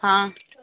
ହଁ